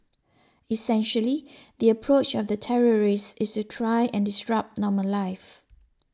essentially the approach of the terrorists is to try and disrupt normal life